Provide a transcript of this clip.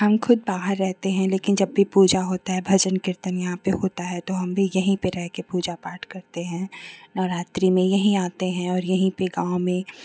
हम खुद बाहर रहते हैं लेकिन जब भी पूजा होती है भजन कीर्तन यहाँ पर होता है तो हम भी यहीं पर रहकर पूजा पाठ करते हैं नवरात्रि में यहीं आते हैं और यहीं पर गाँव में